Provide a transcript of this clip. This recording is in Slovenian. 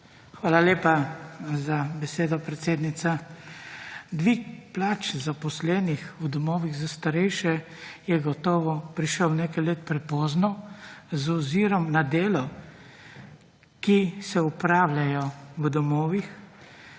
– 16.05** (nadaljevanje) Dvig plač zaposlenih v domovih za starejše je gotovo prišel nekaj let prepozno z ozirom na delo, ki se opravljajo v domovih